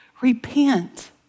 repent